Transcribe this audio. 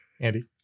Andy